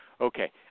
Okay